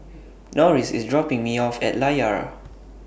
Norris IS dropping Me off At Layar